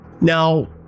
Now